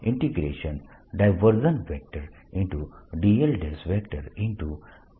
dl ×r rr r3લખી શકું છું